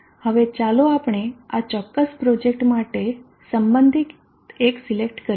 હવે ચાલો આપણે આ ચોક્કસ પ્રોજેક્ટ માટે સંબંધિત એક સિલેક્ટ કરીએ